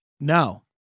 no